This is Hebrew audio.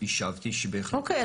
אוקיי.